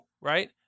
Right